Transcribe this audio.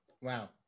Wow